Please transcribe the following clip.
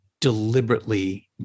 deliberately